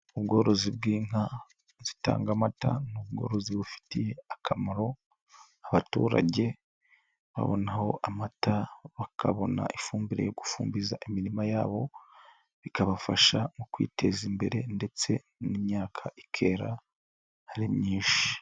Ubworozi bw'inka zitanga amata ni ubworozi bufitiye akamaro abaturage, babonaho amata bakabona ifumbire yo gufumbiza imirima yabo, bikabafasha mu kwiteza imbere ndetse n'imyaka ikera ari myinshi.